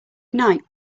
night